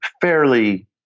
fairly